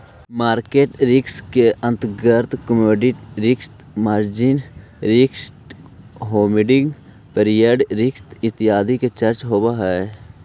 market risk के अंतर्गत commodity risk, margin risk, holding period risk इत्यादि के चर्चा होवऽ हई